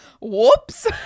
whoops